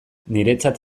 niretzat